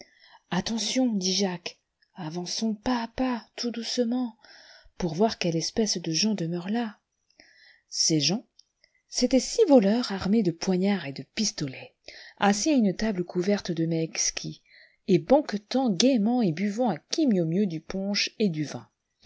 xttpntion dit jacques avançons pas à pas tout doucement pour voir quelle espèce de gens demeure là ces gens c'étaient six voleurs armés de poignards et de pistolets assis à une table couverte de mets exquis et banquetant gaiement et buvant à qui mieux mieux du punch et du vin